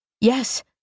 Yes